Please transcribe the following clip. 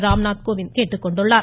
ராம்நாத் கோவிந்த் கேட்டுக்கொண்டுள்ளார்